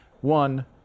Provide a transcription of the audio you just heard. One